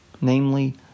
namely